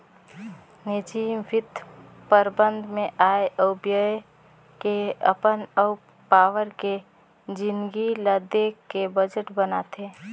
निजी बित्त परबंध मे आय अउ ब्यय के अपन अउ पावार के जिनगी ल देख के बजट बनाथे